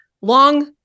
Long